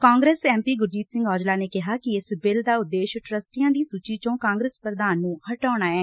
Congress M P Gurjeet Singh Aujla ਨੇ ਕਿਹਾ ਕਿ ਇਸ ਬਿੱਲ ਦਾ ਉਦੇਸ਼ ਟਰਸਟੀਆਂ ਦੀ ਸੁਚੀ ਚੋਂ ਕਾਂਗਰਸ ਪ੍ਰਧਾਨ ਨੂੰ ਹਟਾਉਣਾ ਐ